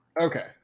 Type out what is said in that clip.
Okay